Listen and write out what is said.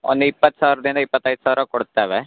ಒಂದು ಇಪ್ಪತ್ತು ಸಾವಿರದಿಂದ ಇಪ್ಪತ್ತೈದು ಸಾವಿರ ಕೊಡ್ತೇವೆ